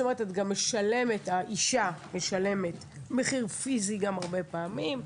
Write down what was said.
זאת אומרת, האישה גם משלמת מחיר פיזי הרבה פעמים.